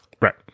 Right